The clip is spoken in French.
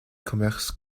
commerce